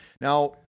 Now